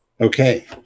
Okay